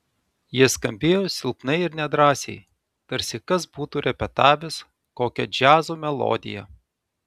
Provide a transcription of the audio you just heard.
jie skambėjo silpnai ir nedrąsiai tarsi kas būtų repetavęs kokią džiazo melodiją